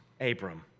Abram